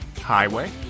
Highway